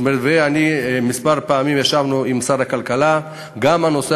כמה פעמים ישבנו עם שר הכלכלה גם בנושא